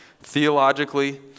theologically